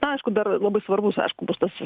na aišku dar labai svarbus aišku bus tas